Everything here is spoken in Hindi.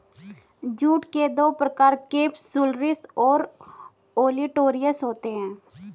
जूट के दो प्रकार केपसुलरिस और ओलिटोरियस होते हैं